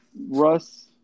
Russ